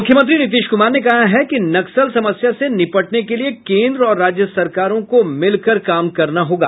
मुख्यमंत्री नीतीश कुमार ने कहा है कि नक्सल समस्या से निपटने के लिये केन्द्र और राज्य सरकारों को मिलकर काम करना होगा